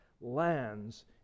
lands